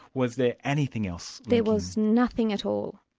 was there anything else? there was nothing at all.